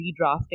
redrafting